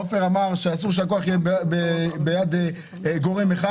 עופר אמר שאסור שהכוח יהיה בידי גורם אחד.